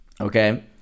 okay